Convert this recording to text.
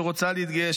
שרוצה להתגייס,